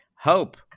Hope